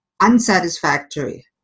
unsatisfactory